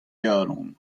galon